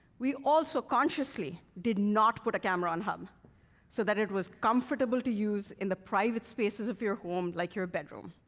we also consciously did not put a camera on hub so that it was comfortable to use in the private spaces of your home like your bedroom.